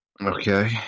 Okay